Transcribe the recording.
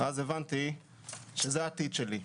אז הבנתי שזה העתיד שלי.